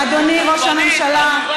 אדוני ראש הממשלה,